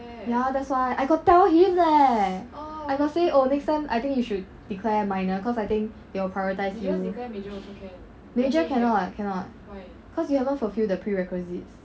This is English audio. ya that's why I got tell him leh I got say oh next time I think you should declare minor cause I think they will prioritise you major cannot cannot cause you haven't fulfil the prerequisites